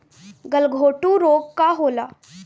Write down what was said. गलघोटू रोग का होला?